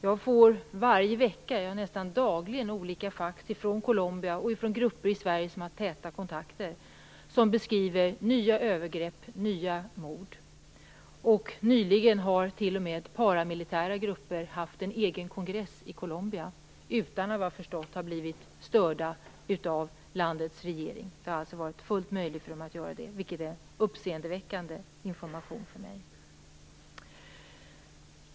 Jag får varje vecka, nästan dagligen, olika fax, från Colombia och från grupper i Sverige som har täta kontakter med Colombia, som beskriver nya övergrepp och nya mord. Nyligen har t.o.m. paramilitära grupper haft en egen kongress i Colombia, vad jag förstår utan att ha blivit störda av landets regering. Det har alltså varit fullt möjligt för dem att göra detta. Detta är uppseendeväckande information för mig.